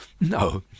No